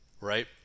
right